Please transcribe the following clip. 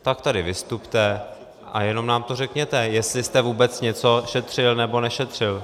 Tak tady vystupte a jenom nám to řekněte, jestli jste vůbec něco šetřil, nebo nešetřil.